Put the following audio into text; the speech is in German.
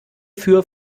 für